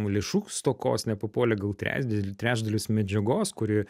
lėšų stokos nepapuolė gal trečdali trečdalis medžiagos kuri